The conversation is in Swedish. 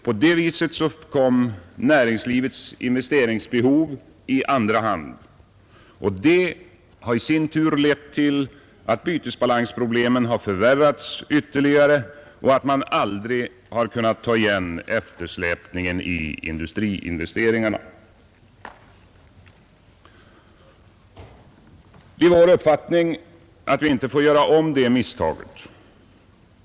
På det viset kom näringslivets investeringsbehov i andra hand, och det har i sin tur lett till att bytesbalansproblemen har förvärrats ytterligare och att man aldrig har kunnat ta igen eftersläpningen i industriinvesteringarna. Det är vår uppfattning att man inte får göra om det misstaget.